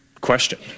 question